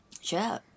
Sure